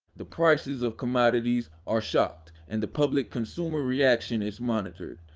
the prices of commodities are shocked, and the public consumer reaction ismonitored.